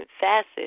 facets